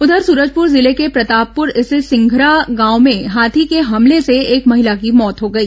उधर सूरजपुर जिले के प्रतापपुर स्थित सिंघरा गांव में हाथी के हमले से एक महिला की मौत हो गई